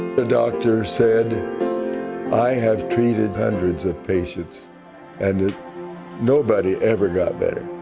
a doctors said i have treated hundreds of patients and nobody ever got better.